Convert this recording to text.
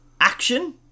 action